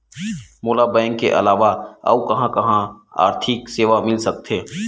मोला बैंक के अलावा आऊ कहां कहा आर्थिक सेवा मिल सकथे?